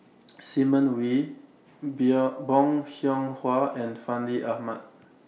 Simon Wee Be A Bong Hiong Hwa and Fandi Ahmad